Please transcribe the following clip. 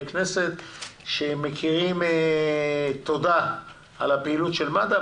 כנסת שמכירים תודה על הפעילות של מד"א.